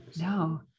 No